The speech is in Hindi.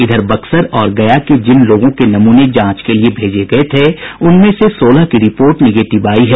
इधर बक्सर और गया के जिन लोगों के नमूने जांच के लिये भेजे गये थे उनमें से सोलह की रिपोर्ट निगेटिव आयी है